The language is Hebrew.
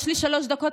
יש לי שלוש דקות,